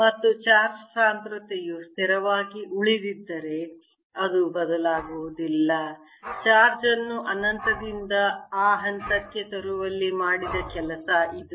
ಮತ್ತು ಚಾರ್ಜ್ ಸಾಂದ್ರತೆಯು ಸ್ಥಿರವಾಗಿ ಉಳಿದಿದ್ದರೆ ಅದು ಬದಲಾಗುವುದಿಲ್ಲ ಚಾರ್ಜ್ ಅನ್ನು ಅನಂತದಿಂದ ಆ ಹಂತಕ್ಕೆ ತರುವಲ್ಲಿ ಮಾಡಿದ ಕೆಲಸ ಇದು